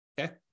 Okay